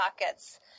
pockets